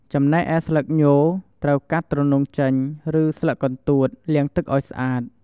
ចំណែកឯស្លឹកញ ត្រូវកាត់ទ្រនុងចេញ ឬស្លឹកកន្ទួតលាងទឹកឲ្យស្អាត។